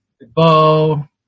bow